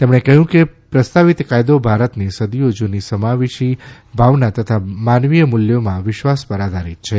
તેમણે કહ્યું કે પ્રસ્તાવિત કાયદો ભારતની સદીઓ જ્રની સમાવેશી ભાવના તથા માનવીય મૂલ્યોમાં વિશ્વાસ પર આધારીત છે